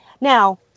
Now